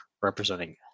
representing